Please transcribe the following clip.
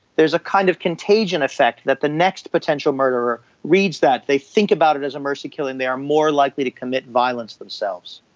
there is a kind of contagion effect, that the next potential murderer reads that, they think about it as a mercy killing and they are more likely to commit violence themselves.